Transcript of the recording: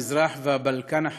המזרח והבלקן החטופים,